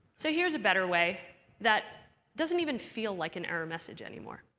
so here's a better way that doesn't even feel like an error message anymore.